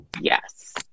Yes